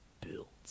built